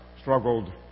struggled